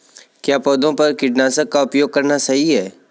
क्या पौधों पर कीटनाशक का उपयोग करना सही है?